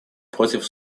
против